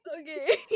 okay